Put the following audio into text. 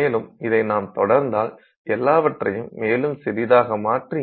மேலும் இதை நாம் தொடர்ந்தால் எல்லாவற்றையும் மேலும் சிறிதாக மாற்றி